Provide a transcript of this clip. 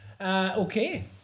Okay